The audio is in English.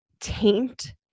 taint